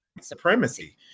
supremacy